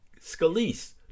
Scalise